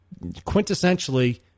quintessentially